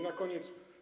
Na koniec.